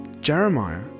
Jeremiah